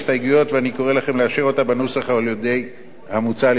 ואני קורא לכם לאשר אותה בנוסח המוצע על-ידי הוועדה.